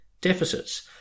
deficits